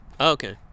Okay